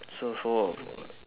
so for for